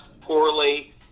poorly